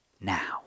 now